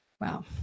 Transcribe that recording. Wow